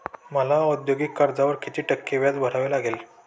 मला औद्योगिक कर्जावर किती टक्के व्याज भरावे लागेल?